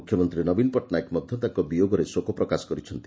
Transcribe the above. ମୁଖ୍ୟମନ୍ତୀ ନବୀନ ପଟ୍ଟନାୟକ ମଧ ତାଙ ବିୟୋଗରେ ଶୋକପ୍ରକାଶ କରିଛନ୍ତି